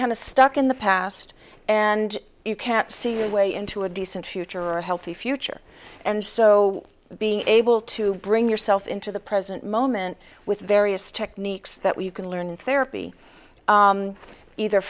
of stuck in the past and you can't see a way into a decent future a healthy future and so being able to bring yourself into the present moment with various techniques that we can learn in therapy either